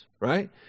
right